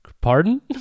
Pardon